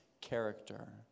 character